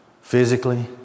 physically